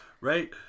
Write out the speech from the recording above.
Right